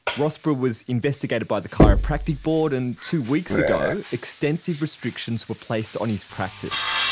rossborough was investigated by the chiropractic board, and two weeks ago extensive restrictions were placed on his practice.